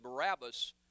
Barabbas